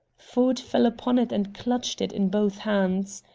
ford fell upon it and clutched it in both hands.